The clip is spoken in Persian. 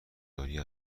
دارویی